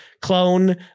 clone